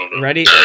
ready